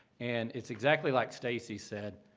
and it's exactly like stacey said.